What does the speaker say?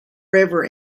river